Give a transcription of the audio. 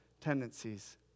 tendencies